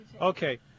Okay